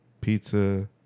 pizza